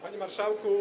Panie Marszałku!